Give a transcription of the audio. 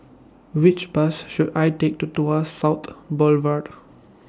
Which Bus should I Take to Tuas South Boulevard